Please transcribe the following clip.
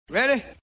Ready